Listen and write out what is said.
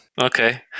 Okay